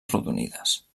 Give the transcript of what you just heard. arrodonides